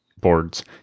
boards